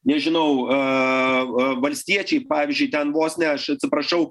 nežinau a valstiečiai pavyzdžiui ten vos ne aš atsiprašau